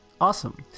Awesome